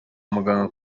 muganga